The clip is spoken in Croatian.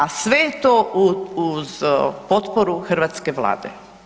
A sve to uz potporu hrvatske Vlade.